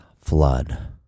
flood